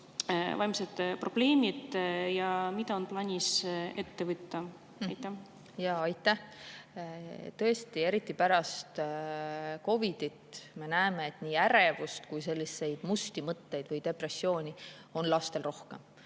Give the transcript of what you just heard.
vaimsed probleemid? Mida on plaanis ette võtta? Jaa, aitäh! Tõesti, eriti pärast COVID‑it me näeme, et nii ärevust kui ka musti mõtteid või depressiooni on lastel rohkem.